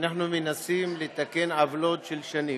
אנחנו מנסים לתקן עוולות של שנים,